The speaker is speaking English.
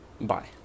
bye